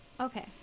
Okay